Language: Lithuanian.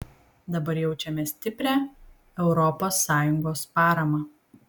dabar jaučiame stiprią europos sąjungos paramą